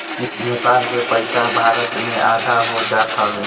नेपाल के पईसा भारत में आधा हो जात हवे